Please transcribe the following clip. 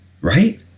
right